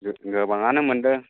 गोब गोबाङानो मोन्दों